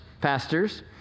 pastors